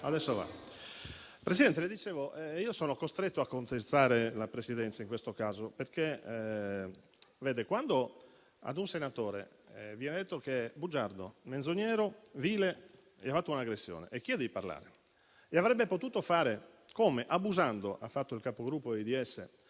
Presidente, sono costretto a contestare la Presidenza in questo caso, perché, vede, quando ad un senatore viene detto che è bugiardo, menzognero, vile, viene fatta un'aggressione e chiede di parlare e avrebbe potuto fare come ha fatto il Capogruppo dei DS